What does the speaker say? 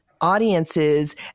audiences